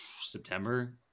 september